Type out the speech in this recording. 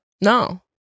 No